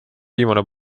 viimane